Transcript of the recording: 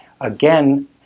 Again